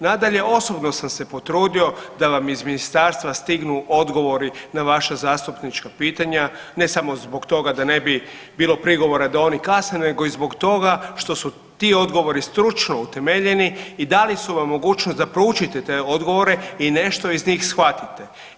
Nadalje, osobno sam se potrudio da vam iz Ministarstva stignu odgovori na vaša zastupnička pitanja, ne samo zbog toga da ne bi bilo prigovora da oni kasni, nego i zbog toga što su ti odgovori stručno utemeljeni i dali su vam mogućnost da proučite te odgovore i nešto iz njih shvatite.